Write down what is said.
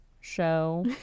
show